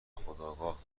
خودآگاه